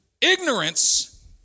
ignorance